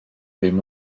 ddim